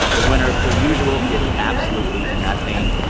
the winner, per usual, gets absolutely nothing.